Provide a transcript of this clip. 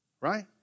Right